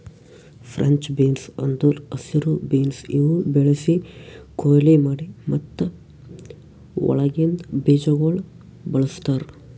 French beans ಅಂದುರ್ ಹಸಿರು beans ಇವು ಬೆಳಿಸಿ, ಕೊಯ್ಲಿ ಮಾಡಿ ಮತ್ತ ಒಳಗಿಂದ್ ಬೀಜಗೊಳ್ ಬಳ್ಸತಾರ್